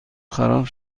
خراب